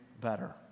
better